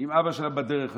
עם אבא שלהם בדרך הזאת.